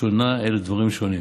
שונה אל דברים שונים.